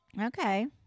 Okay